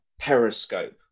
periscope